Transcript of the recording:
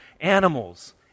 animals